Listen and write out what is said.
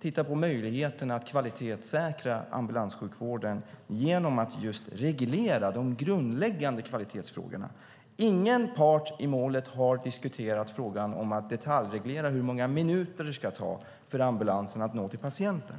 titta på möjligheterna att kvalitetssäkra ambulanssjukvården genom att just reglera de grundläggande kvalitetsfrågorna. Ingen part i målet har diskuterat frågan om att detaljreglera hur många minuter det ska ta för ambulansen att nå till patienten.